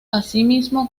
asimismo